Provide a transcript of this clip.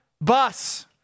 bus